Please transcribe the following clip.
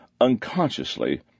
Unconsciously